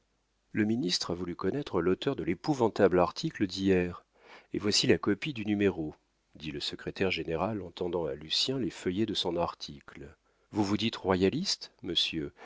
le ministre a voulu connaître l'auteur de l'épouvantable article d'hier et voici la copie du numéro dit le secrétaire général en tendant à lucien les feuillets de son article vous vous dites royaliste monsieur